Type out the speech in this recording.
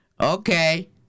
Okay